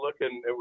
looking